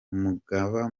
umugaba